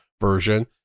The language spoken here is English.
version